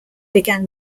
began